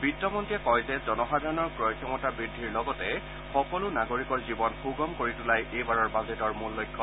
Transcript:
বিত্তমন্তীয়ে কয় যে জনসাধাৰণৰ ক্ৰয় ক্ষমতা বৃদ্ধিৰ লগতে সকলো নাগৰিকৰ জীৱন সূগম কৰি তোলাই এইবাৰৰ বাজেটৰ মূল লক্ষ্য